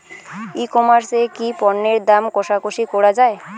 ই commerce এ কি পণ্যের দর কশাকশি করা য়ায়?